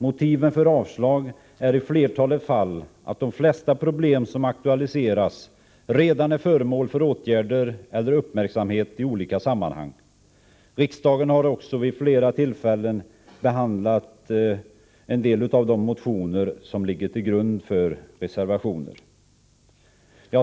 Motiven för avslag är i flertalet fall att de flesta problem som aktualiseras redan är föremål för åtgärder eller uppmärksamhet i olika sammanhang. Riksdagen har också vid flera tillfällen behandlat en del av de motionsyrkanden som ligger till grund för reservationer.